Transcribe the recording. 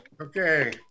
Okay